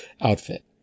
outfit